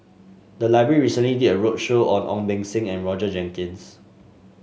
the library recently did a roadshow on Ong Beng Seng and Roger Jenkins